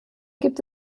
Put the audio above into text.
gibt